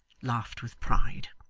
laughed with pride.